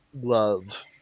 love